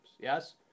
yes